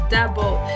double